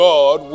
God